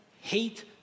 hate